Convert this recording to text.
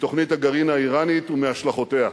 מתוכנית הגרעין האירנית ומהשלכותיה.